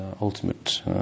ultimate